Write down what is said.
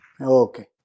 Okay